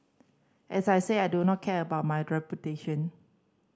as I said I do not care about my reputation